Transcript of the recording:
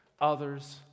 others